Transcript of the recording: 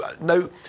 no